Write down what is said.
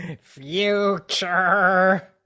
future